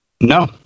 No